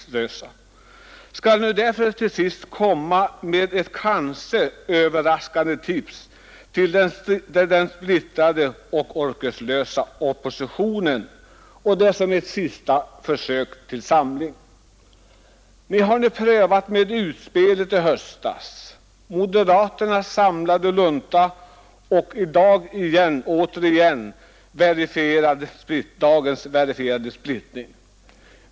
Till sist skall jag därför komma med ett kanske överraskande tips till den splittrade och orkeslösa oppositionen för ett sista försök till samling. Ni har prövat med utspelet i höstas, moderaternas samlade lunta och har i dag återigen verifierat en splittring.